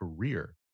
career